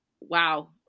wow